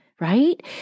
right